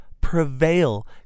prevail